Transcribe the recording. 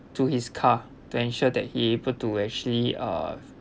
to his car to ensure that he able to actually uh